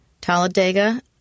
Talladega